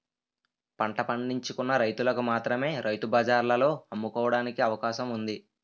పంట పండించుకున్న రైతులకు మాత్రమే రైతు బజార్లలో అమ్ముకోవడానికి అవకాశం ఉంది